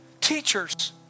teachers